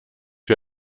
wir